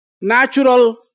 natural